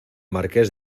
marqués